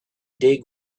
dig